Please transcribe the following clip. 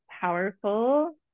powerful